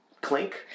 clink